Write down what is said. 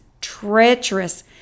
treacherous